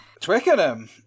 Twickenham